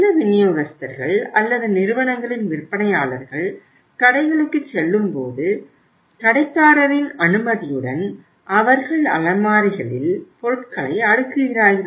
சில விநியோகஸ்தர்கள் அல்லது நிறுவனங்களின் விற்பனையாளர்கள் கடைகளுக்குச் செல்லும்போது கடைக்காரரின் அனுமதியுடன் அவர்கள் அலமாரிகளில் பொருட்களை அடுக்குகிறார்கள்